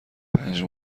پنج